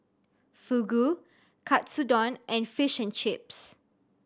Fugu Katsudon and Fish and Chips